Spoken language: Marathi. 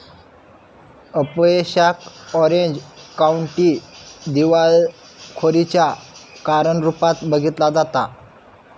अपयशाक ऑरेंज काउंटी दिवाळखोरीच्या कारण रूपात बघितला जाता